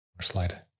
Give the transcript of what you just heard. slide